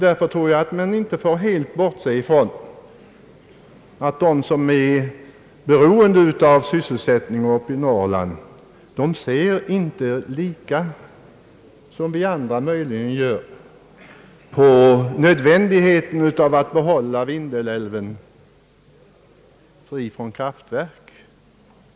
Därför tror jag att man inte får helt bortse från att de som är beroende av sysselsättning uppe i Norrland inte ser på samma sätt som vi andra möjligen gör på nödvändigheten att behålla Vindelälven fri från kraftverk.